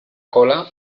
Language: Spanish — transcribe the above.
cola